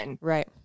Right